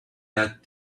that